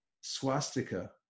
swastika